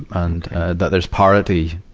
and that there's parity.